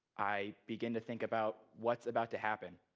i begin to think about what's about to happen.